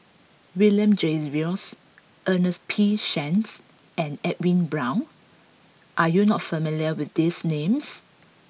William Jervois Ernest P Shanks and Edwin Brown are you not familiar with these names